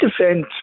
defend